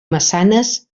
maçanes